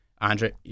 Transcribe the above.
Andre